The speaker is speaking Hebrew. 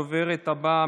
הדוברת הבאה,